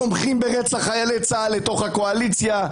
תומכים ברצח חיילי צה"ל לתוך הקואליציה,